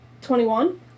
Twenty-one